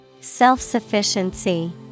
Self-sufficiency